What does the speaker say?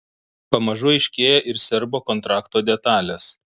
pamažu aiškėja ir serbo kontrakto detalės